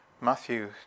Matthew